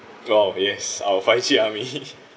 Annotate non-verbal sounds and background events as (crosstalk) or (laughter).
oh yes our fir~ army (laughs)